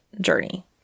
journey